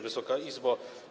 Wysoka Izbo!